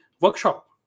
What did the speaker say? workshop